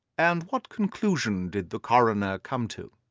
and what conclusions did the coroner come to?